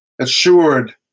assured